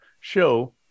show